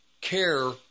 care